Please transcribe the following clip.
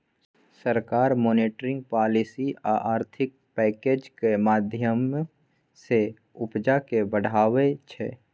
सरकार monetary policy आ आर्थिक पैकैजक माध्यमँ सँ उपजा केँ बढ़ाबै छै